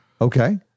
Okay